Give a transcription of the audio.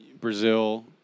Brazil